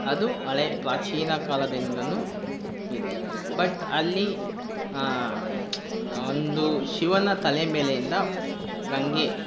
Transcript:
ಅದು ಹಳೇ ಪ್ರಾಚೀನ ಕಾಲದಿಂದ ಇದೆ ಬಟ್ ಅಲ್ಲಿ ಒಂದು ಶಿವನ ತಲೆ ಮೇಲೆಯಿಂದ ಗಂಗೆ